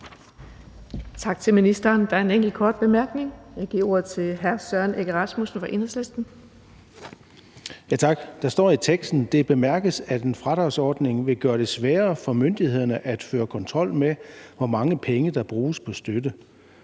Tak til ministeren. Der er indtil videre en enkelt kort bemærkning. Jeg giver ordet til hr. Søren Egge Rasmussen fra Enhedslisten. Kl. 14:32 Søren Egge Rasmussen (EL): Tak. Der står i teksten: »Det bemærkes, at en fradragsordning vil gøre det sværere for myndighederne at føre kontrol med, hvor mange penge der bruges på støtte.